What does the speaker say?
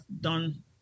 done